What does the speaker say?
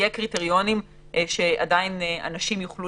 יהיו קריטריונים שיאפשרו לאנשים להיות